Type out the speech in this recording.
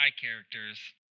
characters